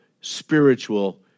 spiritual